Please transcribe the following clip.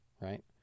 right